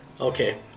okay